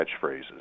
catchphrases